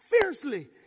Fiercely